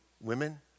women